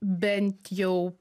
bent jau